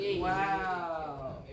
Wow